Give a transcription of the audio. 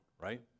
right